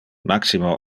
maximo